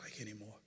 anymore